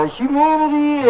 humanity